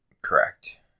Correct